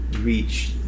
reach